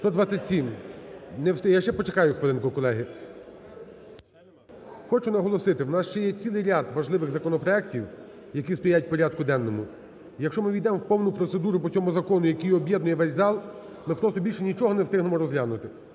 я ще почекаю хвилинку, колеги. Хочу наголосити, в нас ще є цілий ряд важливих законопроектів, які стоять в порядку денному. Якщо ми ввійдемо в повну процедуру по цьому закону, який об'єднує весь зал, ми просто більше нічого не встигнемо розглянути,